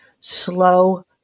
slow